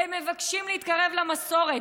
הם מבקשים להתקרב למסורת.